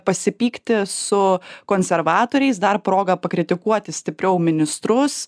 pasipykti su konservatoriais dar proga pakritikuoti stipriau ministrus